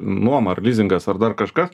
nuoma ar lizingas ar dar kažkas